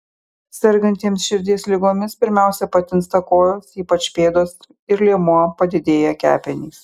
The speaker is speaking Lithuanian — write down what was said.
sergantiems širdies ligomis pirmiausia patinsta kojos ypač pėdos ir liemuo padidėja kepenys